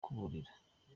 kuburira